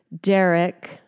Derek